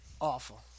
awful